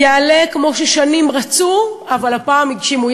יעלה, כמו ששנים רצו, אבל הפעם הגשימו.